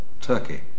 Turkey